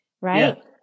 right